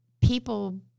people